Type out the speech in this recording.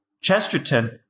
Chesterton